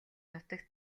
нутагт